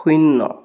শূ্ণ্য